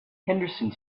henderson